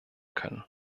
können